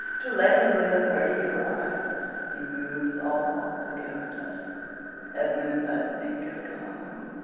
to let him live where he arrives he moves all hearts against us edmund, i think, is gone,